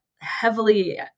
heavily